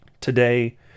Today